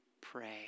pray